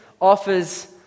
offers